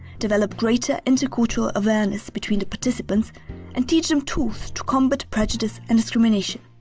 develop greater intercultural awareness between the participants and teach them tools to combat prejudice and discrimination.